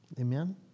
Amen